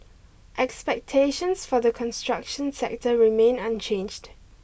expectations for the construction sector remain unchanged